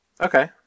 Okay